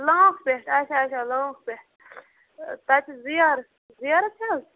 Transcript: long پٮ۪ٹھ اچھا اچھا لانٛگ پٮ۪ٹھ تَتہِ چھِ زیارَت زیارَت چھِ حظ